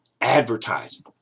advertising